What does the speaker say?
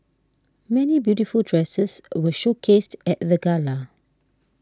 many beautiful dresses were showcased at the gala